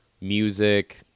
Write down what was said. music